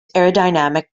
aerodynamic